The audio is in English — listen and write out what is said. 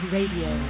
Radio